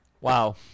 wow